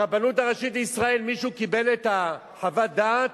הרבנות הראשית לישראל, מישהו קיבל את חוות הדעת?